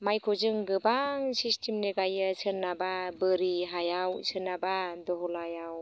माइखौ जों गोबां सिसटेमनि गायो सोरनाबा बोरि हायाव सोरनाबा धलायाव